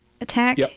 attack